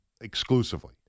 exclusively